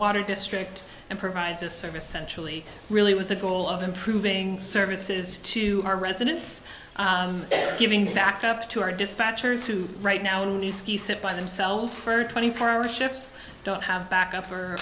water district and provide this service centrally really with the goal of improving services to our residents giving back up to our dispatchers who right now in new skis sit by themselves for twenty four hour shifts don't have backup for